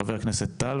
חבר הכנסת טל,